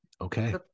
Okay